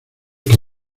que